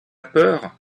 peur